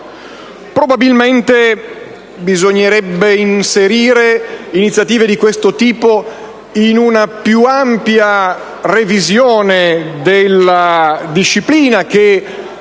Probabilmente bisognerebbe inserire simili iniziative in una più ampia revisione della disciplina che